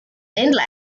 inlet